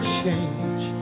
change